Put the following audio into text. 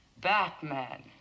Batman